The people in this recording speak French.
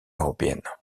européenne